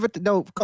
No